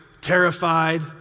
terrified